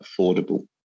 affordable